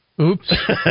Oops